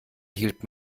hielt